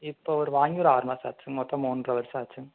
இப்போது ஒரு வாங்கி ஒரு ஆறு மாதம் ஆச்சு மொத்தம் மூன்றரை வருஷம் ஆகிடுச்சுங்க